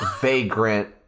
Vagrant